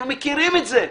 אנחנו מכירים את זה.